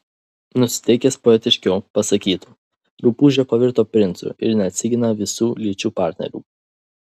nusiteikęs poetiškiau pasakytų rupūžė pavirto princu ir neatsigina visų lyčių partnerių